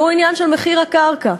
והוא מחיר הקרקע.